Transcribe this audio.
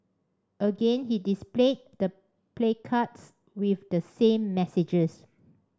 again he displayed the placards with the same messages